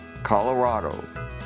Colorado